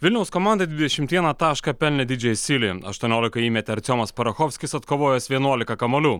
vilniaus komandai dvidešimt vieną tašką pelnė d j seeley aštuoniolika įmetė artiomas parachovskis atkovojęs vienuolika kamuolių